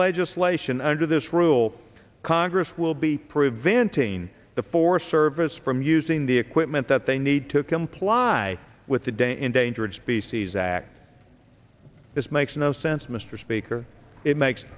legislation under this rule congress will be preventing the forest service from using the equipment that they need to comply with the de endangered species act this makes no sense mr speaker it makes